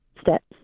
steps